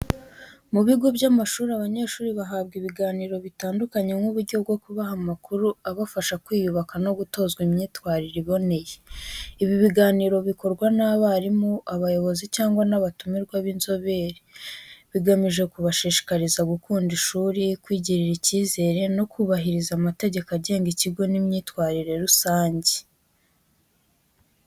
Mu bigo by’amashuri, abanyeshuri bahabwa ibiganiro bitandukanye nk’uburyo bwo kubaha amakuru abafasha kwiyubaka no gutozwa imyitwarire iboneye. Ibi biganiro bikorwa n’abarimu, abayobozi, cyangwa n’abatumirwa b’inzobere, bigamije kubashishikariza gukunda ishuri, kwigirira ikizere, no kubahiriza amategeko agenga ikigo n’imyitwarire rusange.